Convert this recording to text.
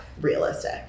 realistic